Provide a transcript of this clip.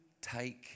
take